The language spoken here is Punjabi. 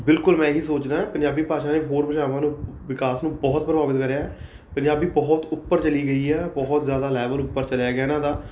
ਬਿਲਕੁਲ ਮੈਂ ਇਹੀ ਸੋਚਦਾ ਪੰਜਾਬੀ ਭਾਸ਼ਾ ਨੇ ਹੋਰ ਭਾਸ਼ਾਵਾਂ ਨੂੰ ਵਿਕਾਸ ਨੂੰ ਬਹੁਤ ਪ੍ਰਭਾਵਿਤ ਕਰਿਆ ਹੈ ਪੰਜਾਬੀ ਬਹੁਤ ਉੱਪਰ ਚਲੀ ਗਈ ਹੈ ਬਹੁਤ ਜ਼ਿਆਦਾ ਲੈਵਲ ਉੱਪਰ ਚਲਿਆ ਗਿਆ ਇਹਨਾਂ ਦਾ